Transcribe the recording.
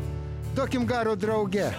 duokim garo drauge